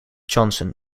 johnson